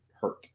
hurt